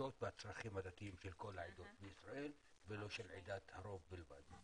בדרישות והצרכים הדתיים של כל העדות בישראל ולא של עדת הרוב בלבד.